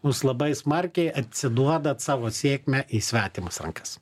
jūs labai smarkiai atsiduodat savo sėkmę į svetimas rankas